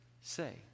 say